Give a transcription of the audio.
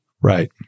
Right